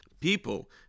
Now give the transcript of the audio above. people